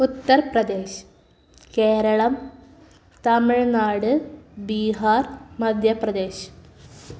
Uttar Pradesh Keralam Tamil Nadu Bihar Madhya Pradesh